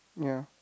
ya